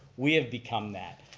we have become that.